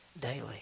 daily